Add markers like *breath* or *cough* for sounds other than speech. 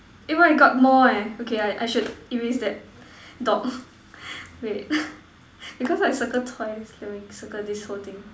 eh why I got more eh okay I I should erase that dog *breath* wait *breath* because I circle twice let me circle these whole thing